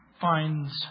finds